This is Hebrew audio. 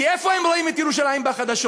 כי איפה הם רואים את ירושלים בחדשות?